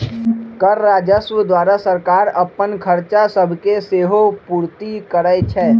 कर राजस्व द्वारा सरकार अप्पन खरचा सभके सेहो पूरति करै छै